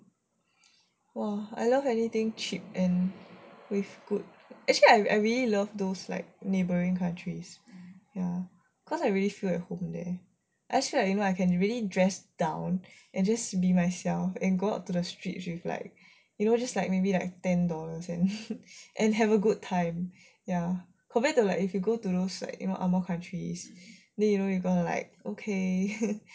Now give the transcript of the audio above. !wah! I love anything cheap and with food actually I I really love those like neighbouring countries ya cause I really feel at home there I just feel like you know I can really dress down and just be myself and go out to the streets with like you know just like maybe like ten dollars and have a good time ya compared to like if you go to those like you know ang moh countries then you know you are gonna like okay